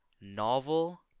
novel